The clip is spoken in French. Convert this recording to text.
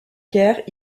caire